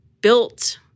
built